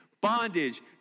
bondage